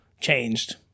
changed